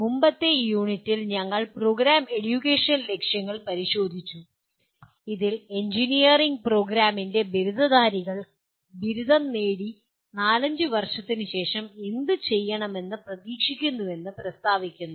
മുമ്പത്തെ യൂണിറ്റിൽ ഞങ്ങൾ പ്രോഗ്രാം എജ്യുക്കേഷണൽ ലക്ഷ്യങ്ങൾ പരിശോധിച്ചു അതിൽ എഞ്ചിനീയറിംഗ് പ്രോഗ്രാമിന്റെ ബിരുദധാരികൾ ബിരുദം നേടി 4 5 വർഷത്തിന് ശേഷം എന്ത് ചെയ്യുമെന്ന് പ്രതീക്ഷിക്കുന്നുവെന്ന് പ്രസ്താവിക്കുന്നു